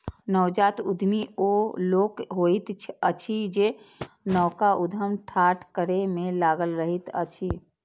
नवजात उद्यमी ओ लोक होइत अछि जे नवका उद्यम ठाढ़ करै मे लागल रहैत अछि